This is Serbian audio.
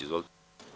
Izvolite.